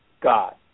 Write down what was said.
God